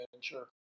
sure